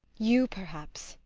you perhaps.